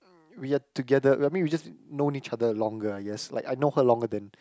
we are together I mean we just known each other longer I guess like I know her longer than